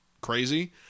crazy